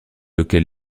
lequel